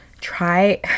try